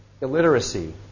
illiteracy